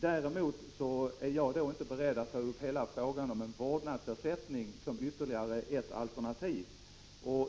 Däremot är jag inte beredd att ta upp hela frågan om en vårdnadsersättning som ytterligare ett alternativ.